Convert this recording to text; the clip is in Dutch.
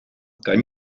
kan